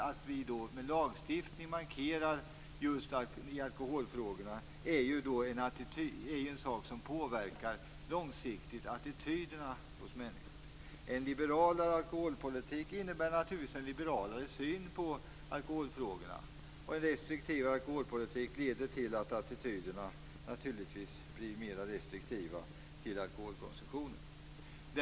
Att genom lagstiftning markera i alkoholfrågor är ju en sak som långsiktigt påverkar attityderna hos människor. En liberal alkoholpolitik innebär naturligtvis en liberalare syn på alkoholfrågorna samtidigt som en restriktiv alkoholpolitik leder till att attityderna blir mer restriktiva till alkoholkonsumtion.